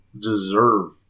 deserve